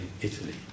Italy